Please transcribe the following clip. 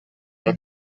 los